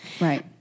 Right